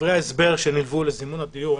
בדברי ההסבר שנלוו לזימון הדיון